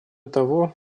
того